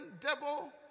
devil